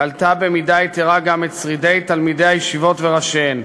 קלטה במידה יתרה גם את שרידי תלמידי הישיבות וראשיהן.